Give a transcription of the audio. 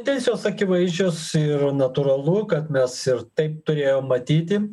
tendencijos akivaizdžios ir natūralu kad mes ir taip turėjom matyti